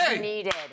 needed